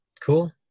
cool